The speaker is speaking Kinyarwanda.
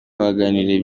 twaganiriye